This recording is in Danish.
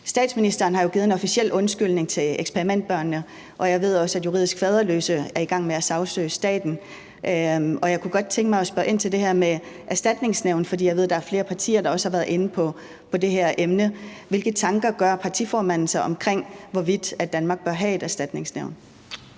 Statsministeren har jo givet en officiel undskyldning til eksperimentbørnene, og jeg ved også, at juridisk faderløse er i gang med at sagsøge staten. Og jeg kunne godt tænke mig at spørge ind til det her med Erstatningsnævnet, for jeg ved også, at der er flere partier, der har været inde på det her emne. Hvilke tanker gør partiformanden sig omkring, hvorvidt Danmark bør have et Erstatningsnævn?